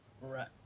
Right